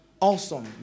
Awesome